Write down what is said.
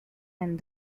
and